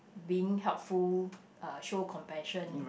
being helpful uh show compassion